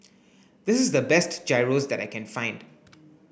this is the best Gyros that I can find